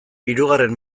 hirugarren